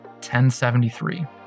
1073